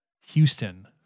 Houston